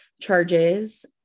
charges